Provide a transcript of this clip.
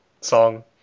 song